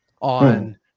on